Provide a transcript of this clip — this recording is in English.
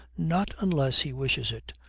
not unless he wishes it.